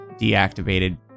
deactivated